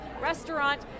restaurant